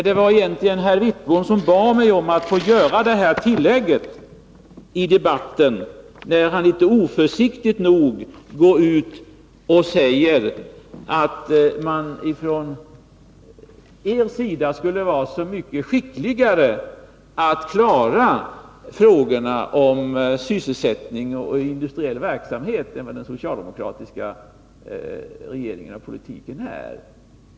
Det var egentligen herr Wittbom som bad mig att göra det här tilllägget i debatten när han oförsiktigt nog sade att man från borgerlighetens sida skulle vara så mycket skickligare och bättre på att klara frågorna om sysselsättning och industriell verksamhet än vad den socialdemokratiska regeringen och politiken är.